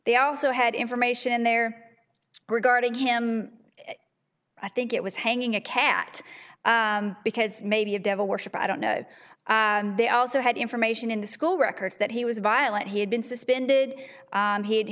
they also had information there were guarding him i think it was hanging a cat because maybe a devil worshipper i don't know they also had information in the school records that he was violent he had been suspended he had